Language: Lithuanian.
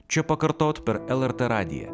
čia pakartot per lrt radiją